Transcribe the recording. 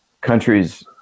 countries